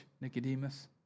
Nicodemus